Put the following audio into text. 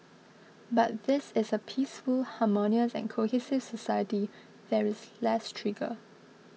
but this is a peaceful harmonious and cohesive society there is less trigger